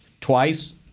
twice